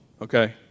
okay